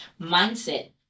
mindset